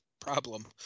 problem